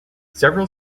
several